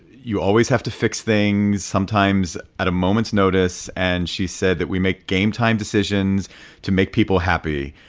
you always have to fix things, sometimes at a moment's notice. and she said that, we make game time decisions to make people happy,